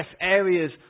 areas